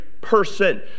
person